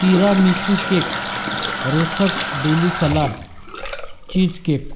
tiramisu cake racer's daily salads cheese cake